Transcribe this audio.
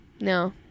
No